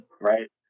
right